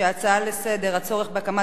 שהצעה לסדר-היום בנושא: הצורך בהקמת